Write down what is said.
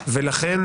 מסובך.